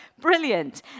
Brilliant